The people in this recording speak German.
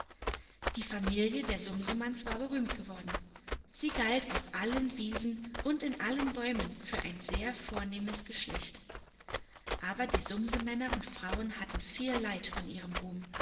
die familie der sumsemanns war berühmt geworden sie galt auf allen wiesen und in allen bäumen für ein sehr vornehmes geschlecht aber die sumsemänner und frauen hatten viel leid von ihrem ruhm